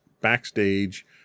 backstage